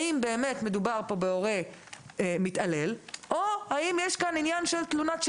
האם באמת מדובר בהורה מתעלל או האם יש כאן תלונת שווא?